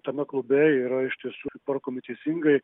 tame klube yra iš tiesų tvarkomi teisingai